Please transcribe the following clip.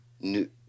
New